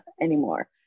anymore